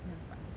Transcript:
你很烦 ah